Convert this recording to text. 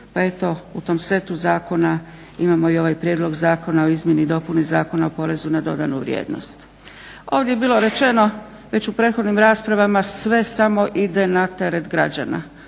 pa eto u tom setu zakona imamo i ovaj prijedlog zakona o izmjeni i dopuni Zakona o porezu na dodanu vrijednost. Ovdje je bilo rečeno već u prethodnim raspravama, sve samo ide na teret građana.